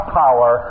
power